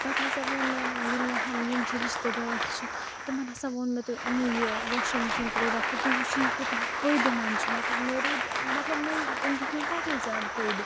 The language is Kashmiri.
پَتہٕ ہَسا ووٚن مےٚ یِم مےٚ ہَم یِم چھِ رِشتہٕ دار چھِ تِمَن ہَسا ووٚن مےٚ تُہۍ أنِو یہِ واشِنٛگ مِشیٖن پرٛوڈَکٹہٕ تُہۍ وُچھِو یہِ کوٗتاہ فٲیدٕ منٛد چھُ مےٚ مےٚ روٗد ٲں مطلب مےٚ أمۍ دیٛت مےٚ واریاہ زیادٕ فٲیدٕ